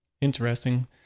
Interesting